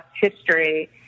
history